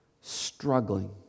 Struggling